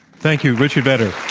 thank you, richard vedder.